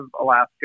alaska